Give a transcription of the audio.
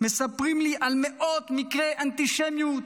מספרים לי על מאות מקרי אנטישמיות,